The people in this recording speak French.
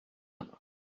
nom